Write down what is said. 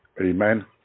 amen